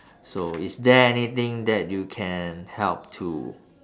so is there anything that you can help to